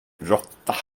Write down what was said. råtta